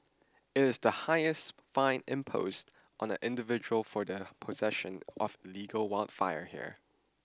it is the highest fine imposed on an individual for the possession of illegal wildfire here